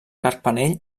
carpanell